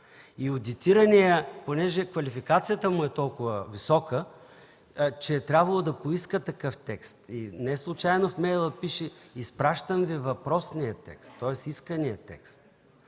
И одитираният, понеже квалификацията му е толкова висока, че е трябвало да поиска такъв текст, неслучайно в мейла пише: „Изпращам Ви въпросния текст”, тоест искания текст.